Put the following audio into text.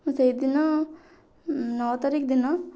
ମୁଁ ସେଇଦିନ ନଅ ତାରିଖ ଦିନ